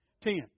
Ten